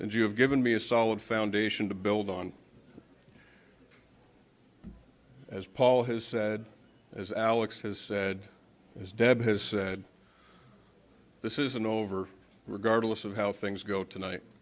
and you have given me a solid foundation to build on as paul has said as alex has said as deb has said this isn't over regardless of how things go tonight